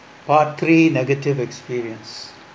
part three negative experience